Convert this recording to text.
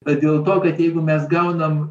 bet dėl to kad jeigu mes gaunam